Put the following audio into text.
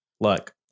look